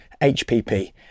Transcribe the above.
HPP